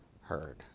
heard